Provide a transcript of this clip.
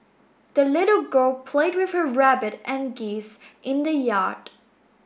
the little girl played with her rabbit and geese in the yard